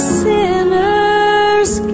sinners